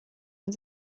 mit